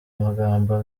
amagambo